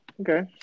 Okay